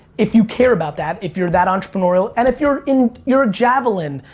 if you care about that, if you're that entrepreneurial and if your in, you're a javelin,